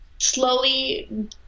slowly